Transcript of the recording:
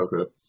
Okay